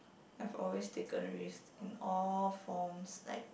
I've always taken risk in all forms like